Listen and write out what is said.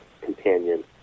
companion